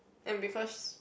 and because